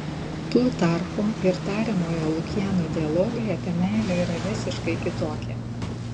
plutarcho ir tariamojo lukiano dialogai apie meilę yra visiškai kitokie